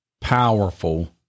powerful